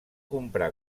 comprar